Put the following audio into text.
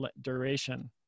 duration